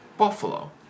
Buffalo